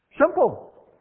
Simple